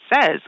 says